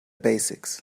basics